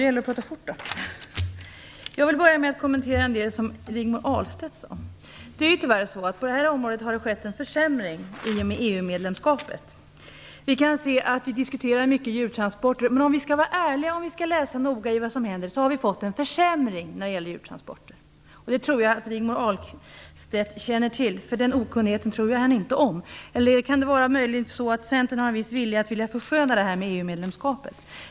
Fru talman! Jag vill börja med att kommentera en del som Rigmor Ahlstedt sade. Det är tyvärr så att det har skett en försämring på det här området i och med EU-medlemskapet. Vi diskuterar mycket om djurtransporter. Men om vi skall vara ärliga och läser noga om vad som händer har vi fått en försämring när det gäller djurtransporter. Det tror jag att Rigmor Ahlstedt känner till. Den okunnigheten tror jag henne inte om. Kan det möjligen vara så att Centern har en viss vilja att försköna EU-medlemskapet?